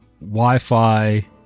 Wi-Fi